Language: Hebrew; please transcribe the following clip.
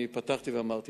פתחתי ואמרתי,